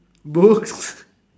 books